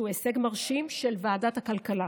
שהוא הישג מרשים של ועדת הכלכלה.